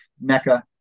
Mecca